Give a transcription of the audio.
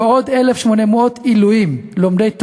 ועוד 1,800 עילויים לומדי תורה.